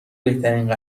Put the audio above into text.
بهترین